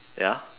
ya